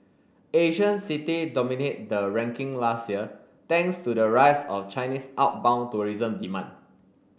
Asian city dominate the ranking last year thanks to the rise of Chinese outbound tourism demand